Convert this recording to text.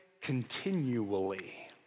continually